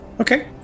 Okay